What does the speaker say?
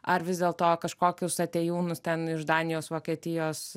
ar vis dėlto kažkokius atėjūnus ten iš danijos vokietijos